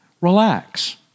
Relax